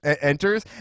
enters